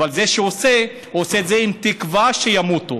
עם תקווה שימותו,